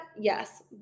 Yes